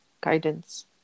guidance